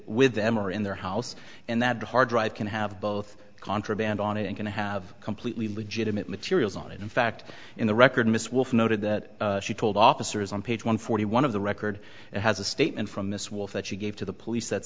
with them or in their house and that hard drive can have both contraband on it and can have completely legitimate materials on it in fact in the record miss wolff noted that she told officers on page one forty one of the record and has a statement from this wolf that she gave to the police that